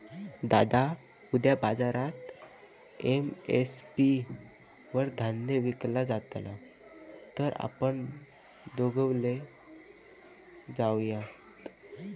दादा उद्या बाजारात एम.एस.पी वर धान्य विकला जातला तर आपण दोघवले जाऊयात